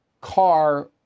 car